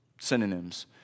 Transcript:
synonyms